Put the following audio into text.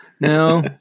No